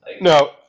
No